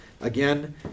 again